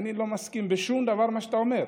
ואני לא מסכים עם שום דבר מהדברים שאתה אומר.